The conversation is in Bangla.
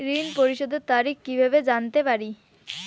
ঋণ পরিশোধের তারিখ কিভাবে জানতে পারি?